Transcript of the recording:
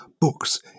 books